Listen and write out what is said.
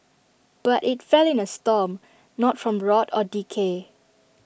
but IT fell in A storm not from rot or decay